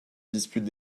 disputent